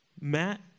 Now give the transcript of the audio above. Matt